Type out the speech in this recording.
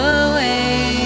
away